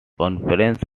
conference